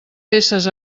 peces